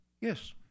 yes